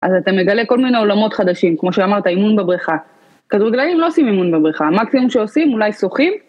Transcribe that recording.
אז אתם מגלה כל מיני עולמות חדשים, כמו שאמרת, אימון בבריכה. כדורגלנים לא עושים אימון בבריכה, המקסימום שעושים, אולי שוחים.